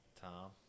Tom